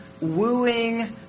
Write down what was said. wooing